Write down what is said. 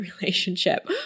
relationship